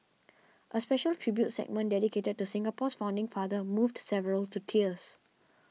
a special tribute segment dedicated to Singapore's founding father moved several to tears